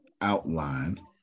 outline